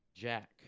Jack